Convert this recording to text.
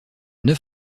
neuf